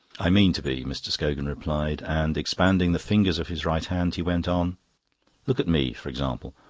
i mean to be, mr. scogan replied, and, expanding the fingers of his right hand, he went on look at me, for example.